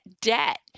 debt